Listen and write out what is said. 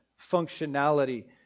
functionality